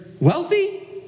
wealthy